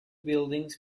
buildings